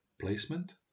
placement